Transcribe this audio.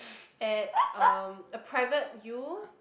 at um a private U